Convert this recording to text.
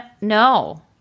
no